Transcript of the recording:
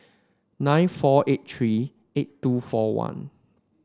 nine four eight three eight two four one